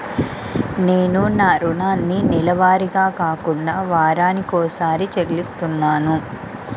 నేను నా రుణాన్ని నెలవారీగా కాకుండా వారానికోసారి చెల్లిస్తున్నాను